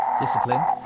Discipline